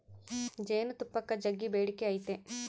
ಜೇನುತುಪ್ಪಕ್ಕ ಜಗ್ಗಿ ಬೇಡಿಕೆ ಐತೆ